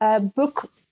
book